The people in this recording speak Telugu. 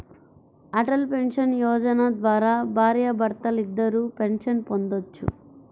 అటల్ పెన్షన్ యోజన ద్వారా భార్యాభర్తలిద్దరూ పెన్షన్ పొందొచ్చు